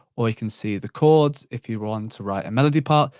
or you can see the chords if you want to write a melody part.